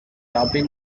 topic